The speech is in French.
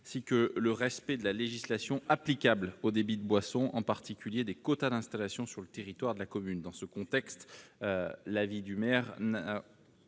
que le respect de la législation applicable aux débits de boissons, en particulier des quotas d'installation sur le territoire de la commune, dans ce contexte, l'avis du maire n'a,